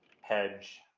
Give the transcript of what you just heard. hedge